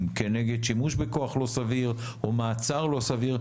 כנגד שימוש בכוח לא סביר או מעצר לא סביר,